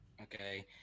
Okay